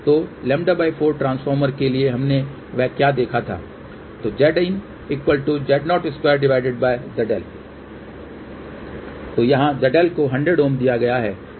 तो λ 4 ट्रांसफार्मर के लिए हमने वह देखा था तो यहाँ ZL को 100 Ω दिया गया है Zin वांछित 50 Ω है